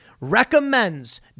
recommends